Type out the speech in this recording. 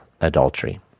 adultery